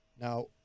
now